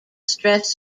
stress